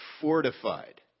fortified